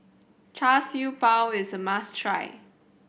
Char Siew Bao is a must try